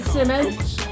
Simmons